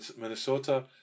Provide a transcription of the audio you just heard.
Minnesota